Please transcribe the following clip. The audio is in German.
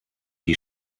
die